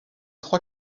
trois